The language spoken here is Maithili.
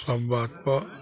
सब बातपर